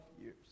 years